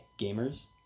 Gamers